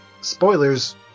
Spoilers